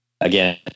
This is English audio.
again